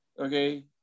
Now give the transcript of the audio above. okay